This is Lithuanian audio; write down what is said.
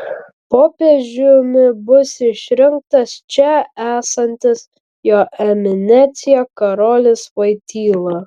popiežiumi bus išrinktas čia esantis jo eminencija karolis voityla